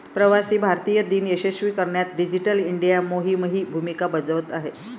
प्रवासी भारतीय दिन यशस्वी करण्यात डिजिटल इंडिया मोहीमही भूमिका बजावत आहे